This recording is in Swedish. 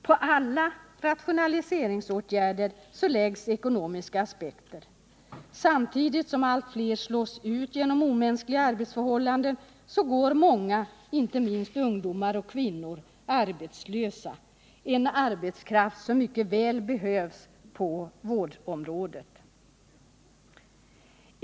På alla rationaliseringsåtgärder läggs ekonomiska aspekter. Samtidigt som allt fler slås ut på grund av omänskliga arbetsförhållanden går många, inte minst ungdomar och kvinnor, arbetslösa, trots att deras arbetskraft mycket väl behövs på vårdområdet.